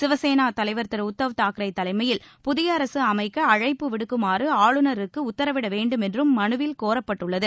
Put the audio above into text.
சிவசேனா தலைவர் திரு உத்தவ் தாக்கரே தலைமையில் புதிய அரசு அமைக்க அழைப்பு விடுக்குமாறு ஆளுநருக்கு உத்தரவிட வேண்டுமென்றும் மனுவில் கோரப்பட்டுள்ளது